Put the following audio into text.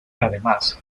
además